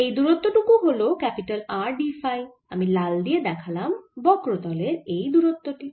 এই দূরত্ব টুকু হল R d ফাই আমি লাল দিয়ে দেখালাম বক্রতলের এই দূরত্ব টি